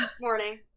Morning